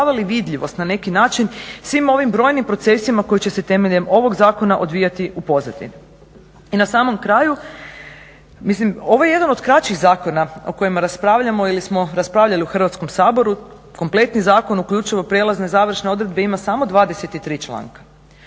I na samom kraju, mislim ovo je jedan od kraćih zakona o kojima raspravljamo ili smo raspravljali u Hrvatskom saboru. Kompletni zakon uključivo prijelazne i završne odredbe ima samo 23 članka,